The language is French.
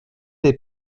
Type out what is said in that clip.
des